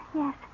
yes